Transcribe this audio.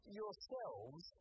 yourselves